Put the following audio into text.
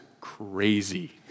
crazy